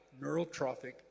neurotrophic